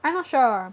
I not sure